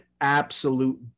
absolute